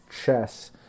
chess